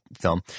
film –